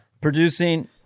producing